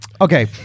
Okay